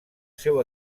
seu